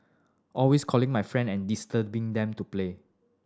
always calling my friend and disturbing them to play